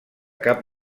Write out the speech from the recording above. cap